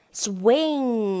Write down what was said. swing